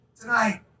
Tonight